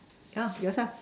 yeah yourself